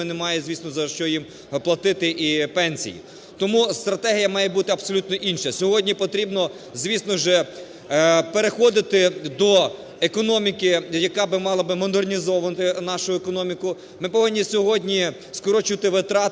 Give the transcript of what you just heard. немає, звісно, з чого їм платити пенсії. Тому стратегія має бути абсолютно інша. Сьогодні потрібно звісно ж переходити до економіки, яка би мала модернізовану нашу економіку. Ми повинні сьогодні скорочувати витрати